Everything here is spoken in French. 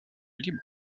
libre